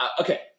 Okay